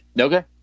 Okay